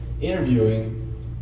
interviewing